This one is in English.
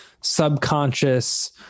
subconscious